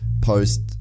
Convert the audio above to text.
post